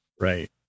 Right